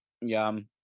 Yum